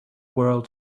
world